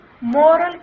moral